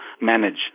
manage